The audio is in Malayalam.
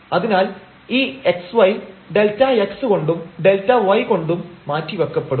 അതിനാൽ ഈ xy Δx കൊണ്ടും Δy കൊണ്ടും മാറ്റിവെക്കപ്പെടും